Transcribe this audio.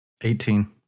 Eighteen